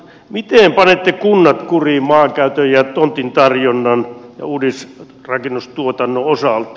miten panette kunnat kuriin maankäytön ja tontintarjonnan ja uudisrakennustuotannon osalta